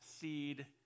seed